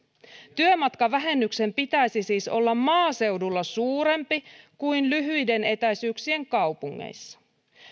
työmatkavähennyksen pitäisi siis olla maaseudulla suurempi kuin lyhyiden etäisyyksien kaupungeissa